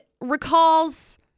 recalls